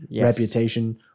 reputation